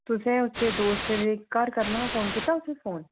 तुसें उसदे दोस्तें दे घर करना हा फोन कीता कुसै ई फोन